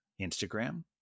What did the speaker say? Instagram